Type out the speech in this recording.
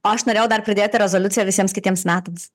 aš norėjau dar pridėti rezoliuciją visiems kitiems metams